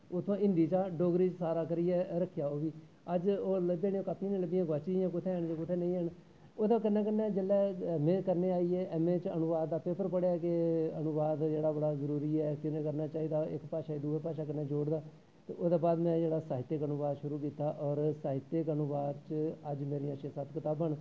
उत्थें हिन्दी च हा डोगरी च करियै रक्खेआ उसी अज्ज ओह् लब्भेआ नेईं कापियां गुआची दियां कुत्थें होन कुत्तें नेईं ओह्दे कन्नै कन्नै ऐम च आई गी अनुवाद दा पेपर पढ़ेआ कि अनुवाद केह्ड़ केह्ड़ा करना चाही दा इक भासा गी दुई भाशा कन्नै जोड़दा ओह्दे बाद में साहित्य दा करना शुरु कीता और साहित्यक अनुवाद च अज्ज मेरियां चे सत्त कताबां न